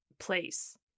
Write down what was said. place